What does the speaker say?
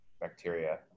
bacteria